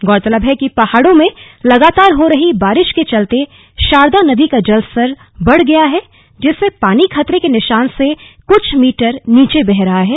गौरतलब है कि पहाडों में लगातर हो रही बारिश के चलते शारदा नदी का जलस्तर बढ गया है जिससे पानी खतरे के निशान से कुछ मीटर नीचे बह रहा है